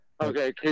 Okay